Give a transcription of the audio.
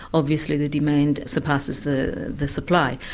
obviously the demand surpasses the the supply.